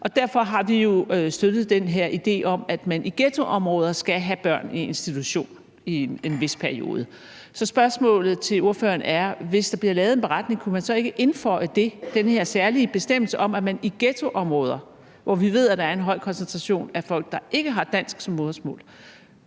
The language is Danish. Og derfor har vi jo støttet den her idé om, at man i ghettoområder skal have børnene i institution i en vis periode. Så spørgsmålet til ordføreren er: Hvis der bliver lavet en beretning, kunne man så ikke indføje en særlig bestemmelse om, at man i ghettoområder, hvor vi ved, at der er en høj koncentration af folk, der ikke har dansk som modersmål,